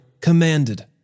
commanded